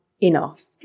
enough